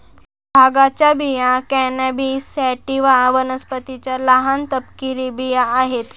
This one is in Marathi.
भांगाच्या बिया कॅनॅबिस सॅटिवा वनस्पतीच्या लहान, तपकिरी बिया आहेत